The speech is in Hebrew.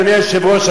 אדוני היושב-ראש,